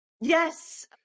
Yes